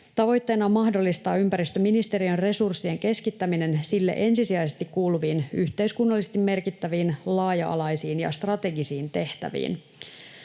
Tavoitteena on mahdollistaa ympäristöministeriön resurssien keskittäminen sille ensisijaisesti kuuluviin yhteiskunnallisesti merkittäviin, laaja-alaisiin ja strategisiin tehtäviin.